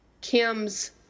Kim's